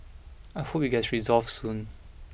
I hope it gets resolved soon